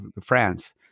france